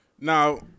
now